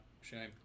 shame